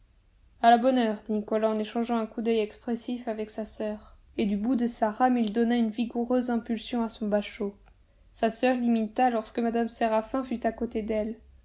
à la bonne heure dit nicolas en échangeant un coup d'oeil expressif avec sa soeur et du bout de sa rame il donna une vigoureuse impulsion à son bachot sa soeur l'imita lorsque mme séraphin fut à côté d'elle